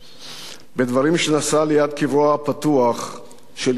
בדברים שנשא ליד קברו הפתוח של ידידו זאב וילנאי,